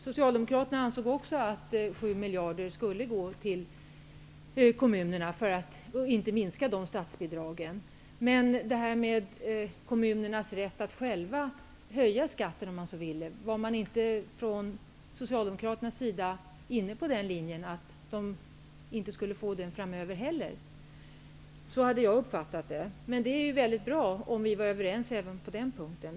Socialdemokraterna också att 7 miljarder skulle gå till kommunerna för att statsbidragen inte skall minskas. Var inte Socialdemokraterna inne på linjen att kommunerna framöver inte skulle få rätt att själva höja skatten? Så har jag uppfattat det. Men det skulle vara bra om vi var överens även på den punkten.